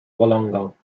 wollongong